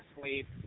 sleep